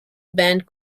band